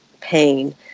pain